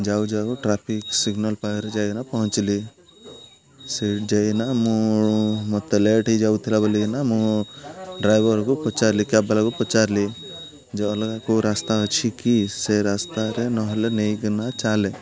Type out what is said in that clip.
ଯାଉ ଯାଉ traffic signal ପାଖରେ ଯାଇକିନା ପହଞ୍ଚିଲି ସେଇ ଯାଇନା ମୁଁ ମୋତେ ଲେଟ୍ ହେଇଯାଉଥିଲା ବୋଲି କିନା ମୁଁ ଡ୍ରାଇଭର୍କୁ ପଚାରିଲି କ୍ୟାବ୍ ବାଲାକୁ ପଚାରିଲି ଯେ ଅଲଗା କେଉଁ ରାସ୍ତା ଅଛି କି ସେ ରାସ୍ତାରେ ନହେଲେ ନେଇକିନା ଚାଲେ